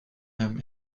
hem